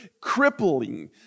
crippling